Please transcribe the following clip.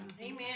Amen